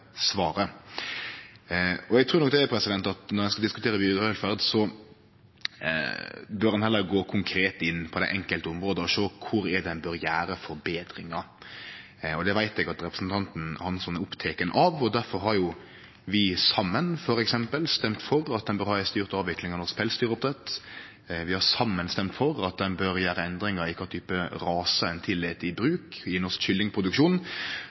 svaret. Eg trur nok at når ein skal diskutere dyrevelferd, bør ein heller gå konkret inn på dei enkelte områda og sjå kor ein bør gjere forbetringar. Det veit eg at representanten Hansson er oppteken av, og difor har vi saman f.eks. stemt for at ein bør ha ei styrt avvikling av norsk pelsdyroppdrett. Vi har saman stemt for at ein bør gjere endringar i kva type rase ein tillèt i bruk i norsk kyllingproduksjon.